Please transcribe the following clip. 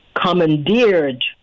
commandeered